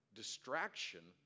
distraction